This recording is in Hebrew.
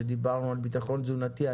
כשדיברנו על ביטחון תזונתי,